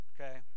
Okay